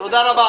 תודה רבה.